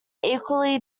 equally